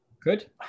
good